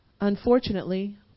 unfortunately